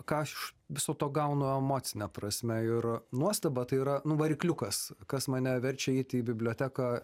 ką aš iš viso to gaunu emocine prasme ir nuostaba tai yra nu varikliukas kas mane verčia eiti į biblioteką